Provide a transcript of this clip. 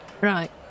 Right